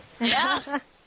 Yes